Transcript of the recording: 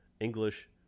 English